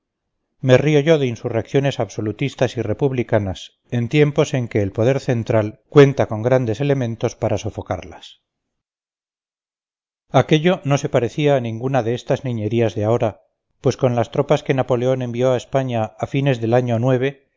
me río yo de insurrecciones absolutistas y republicanas en tiempos en que el poder central cuenta con grandes elementos para sofocarlas aquello no se parecía a ninguna de estas niñerías de ahora pues con las tropas que napoleón envió a españa a fines del año